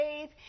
faith